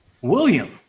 William